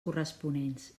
corresponents